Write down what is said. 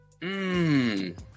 Mmm